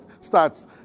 starts